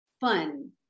fun